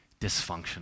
dysfunctional